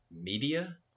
media